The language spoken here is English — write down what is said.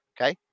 okay